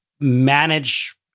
manage